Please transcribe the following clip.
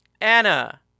Anna